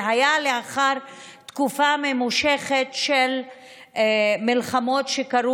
זה היה לאחר תקופה ממושכת של מלחמות שקרו